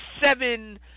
seven